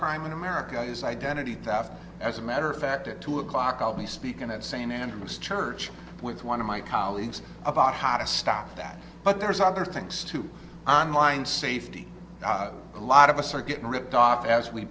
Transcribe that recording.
crime in america is identity theft as a matter of fact at two o'clock i'll be speaking at st andrews church with one of my colleagues about how to stop that but there's other things too on line safety a lot of us are getting ripped off as we